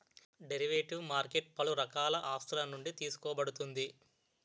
derivative market పలు రకాల ఆస్తులునుండి తీసుకోబడుతుంది